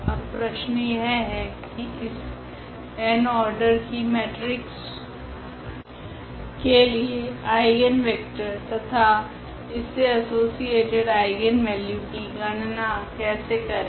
अब प्रश्न यह है की इस n ऑर्डर की मेट्रिक्स के लिए आइगनवेक्टर तथा इससे असोसीएटेड आइगनवेल्यू की गणना कैसे करे